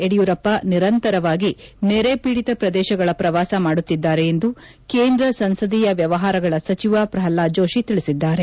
ಯಡಿಯೂಪ್ಪ ನಿರಂತರವಾಗಿ ನೆರೆ ಪೀಡಿತ ಪ್ರದೇಶಗಳ ಪ್ರವಾಸ ಮಾಡುತ್ತಿದ್ದಾರೆ ಎಂದು ಕೇಂದ್ರ ಸಂಸದೀಯ ವ್ಯವಹಾರಗಳ ಸಚಿವ ಪ್ರಲ್ವಾದ್ ಜೋಷಿ ತಿಳಿಸಿದ್ದಾರೆ